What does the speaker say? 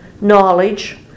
knowledge